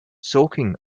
soaking